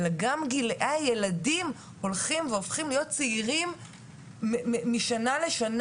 גם גילאי הילדים יורדים משנה לשנה,